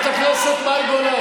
זה יעזור.